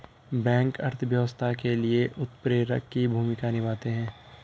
bank अर्थव्यवस्था के लिए उत्प्रेरक की भूमिका निभाते है